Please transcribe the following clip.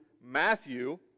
Matthew